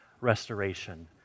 restoration